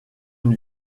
une